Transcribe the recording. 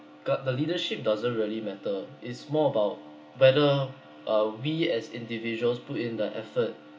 got the leadership doesn't really matter it's more about whether uh we as individuals put in the effort